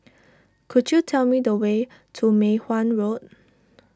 could you tell me the way to Mei Hwan Road